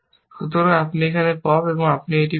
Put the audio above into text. সুতরাং আপনি এটি পপ এবং আপনি এটি পপ